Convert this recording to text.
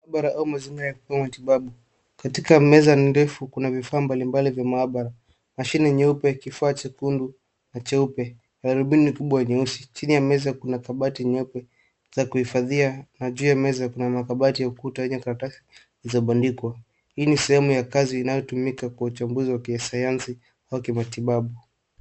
Maabara ama mazingira ya kupata matibabu. Katika meza ndefu kuna vifaa mbali mbali vya maabara: mashini nyeupe, kifaa chekundu na nyeupe, darubini kubwa nyeusi. Chini ya meza kuna kabati nyeupe za kuhifadhia na juu ya meza makabati ya ukuta yenye karatasi zilizobandikwa. Hii ni sehemu ya kazi inayotumika kwa uchambuzi wa Kisayansi au kimatibabu.